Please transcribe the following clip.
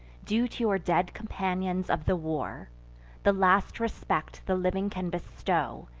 due to your dead companions of the war the last respect the living can bestow,